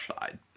side